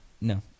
No